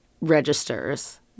registers